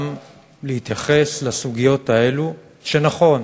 גם להתייחס לסוגיות האלה, ש-נכון,